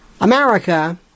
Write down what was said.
America